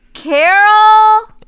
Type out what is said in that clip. Carol